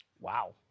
Wow